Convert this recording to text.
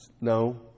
No